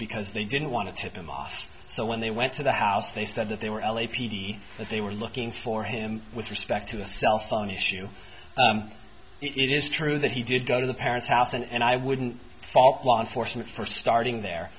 because they didn't want to tip him off so when they went to the house they said that they were l a p d that they were looking for him with respect to the cell phone issue it is true that he did go to the parents house and i wouldn't fault law enforcement for starting there